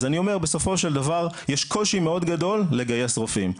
בסופו של דבר יש קושי מאוד גדול לגייס רופאים,